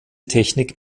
technik